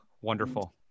wonderful